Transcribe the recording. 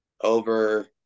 over